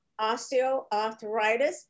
osteoarthritis